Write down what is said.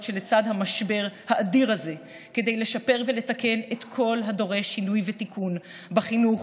שלצד המשבר האדיר הזה כדי לשפר ולתקן את כל הדורש שינוי ותיקון בחינוך,